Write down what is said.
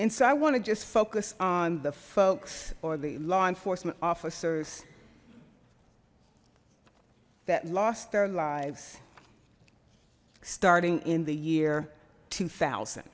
and so i want to just focus on the folks or the law enforcement officers that lost their lives starting in the year two thousand